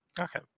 Okay